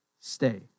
stay